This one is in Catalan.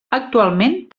actualment